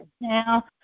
now